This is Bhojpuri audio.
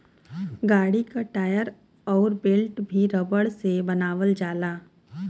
गाड़ी क टायर अउर बेल्ट भी रबर से बनावल जाला